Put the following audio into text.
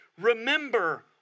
Remember